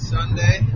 Sunday